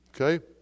Okay